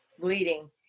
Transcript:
bleeding